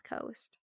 coast